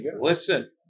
Listen